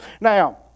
Now